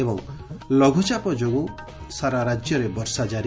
ଏବଂ ଲଘୁଚାପ ଯୋଗୁଁ ସାରା ରାଜ୍ୟରେ ବର୍ଷା ଜାରି